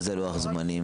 מה זה לוח זמנים?